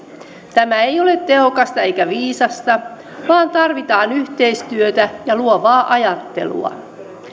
tämä ei ole tehokasta eikä viisasta vaan tarvitaan yhteistyötä ja luovaa ajattelua